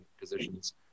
positions